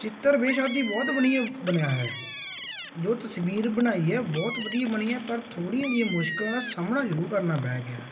ਚਿੱਤਰ ਬੇਸ਼ੱਕ ਦੀ ਬਹੁਤ ਵਧੀਆ ਬਣਿਆ ਹੈ ਜੋ ਤਸਵੀਰ ਬਣਾਈ ਹੈ ਬਹੁਤ ਵਧੀਆ ਬਣੀ ਹੈ ਪਰ ਥੋੜ੍ਹੀਆਂ ਜਿਹੀਆਂ ਮੁਸ਼ਕਲਾਂ ਦਾ ਸਾਹਮਣਾ ਜ਼ਰੂਰ ਕਰਨਾ ਪੈ ਗਿਆ